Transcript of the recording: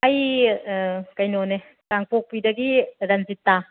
ꯑꯩ ꯀꯩꯅꯣꯅꯦ ꯀꯥꯡꯄꯣꯛꯄꯤꯗꯒꯤ ꯔꯟꯖꯤꯇꯥ